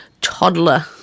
toddler